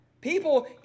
People